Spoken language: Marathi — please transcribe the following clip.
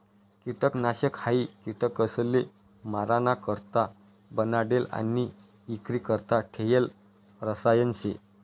किटकनाशक हायी किटकसले माराणा करता बनाडेल आणि इक्रीकरता ठेयेल रसायन शे